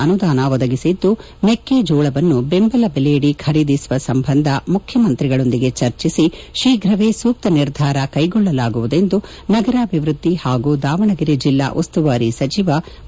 ಅನುದಾನ ಒದಗಿಸಿದ್ದು ಮೆಕ್ಕೆ ಜೋಳವನ್ನು ಬೆಂಬಲ ಬೆಲೆಯಡಿ ಖರೀದಿಸುವ ಸಂಬಂಧ ಮುಖ್ಯಮಂತ್ರಿಗಳೊಂದಿಗೆ ಚರ್ಚಿಸಿ ಶೀಘ್ರವೇ ಸೂಕ್ತ ನಿರ್ಧಾರ ಕೈಗೊಳ್ಳಲಾಗುವುದು ಎಂದು ನಗರಾಭಿವೃದ್ದಿ ಹಾಗೂ ದಾವಣಗೆರೆ ಜಿಲ್ಲಾ ಉಸ್ತುವಾರಿ ಸಚಿವ ಬಿ